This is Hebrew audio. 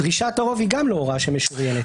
דרישת הרוב היא גם לא הוראה שמשוריינת.